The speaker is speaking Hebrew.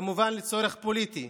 כמובן לצורך פוליטי,